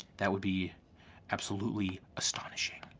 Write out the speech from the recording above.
that would be absolutely astonishing.